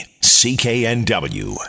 CKNW